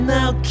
Now